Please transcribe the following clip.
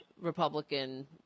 Republican